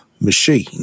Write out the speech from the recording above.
machine